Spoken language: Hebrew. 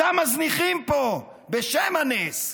אותם מזניחים פה בשם הנס,